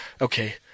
okay